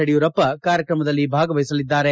ಯಡಿಯೂರಪ್ಪ ಕಾರ್ಯಕ್ರಮದಲ್ಲಿ ಭಾಗವಹಿಸಲಿದ್ದಾರೆ